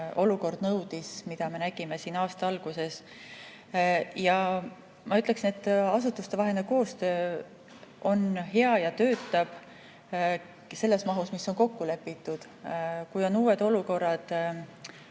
olukord nõudis, mida me nägime siin aasta alguses. Ja ma ütleksin, et asutustevaheline koostöö on hea ja töötab selles mahus, mis on kokku lepitud. Kui on uued olukorrad,